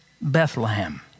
Bethlehem